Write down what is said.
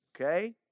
Okay